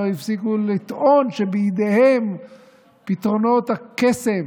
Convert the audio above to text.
לא הפסיקו לטעון שבידיהם פתרונות הקסם